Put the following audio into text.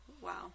Wow